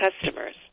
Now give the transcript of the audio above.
customers